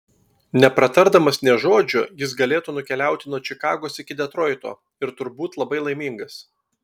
nepratardamas nė žodžio jis galėtų nukeliauti nuo čikagos iki detroito ir turbūt labai laimingas